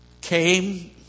came